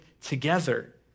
together